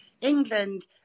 England